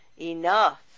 enough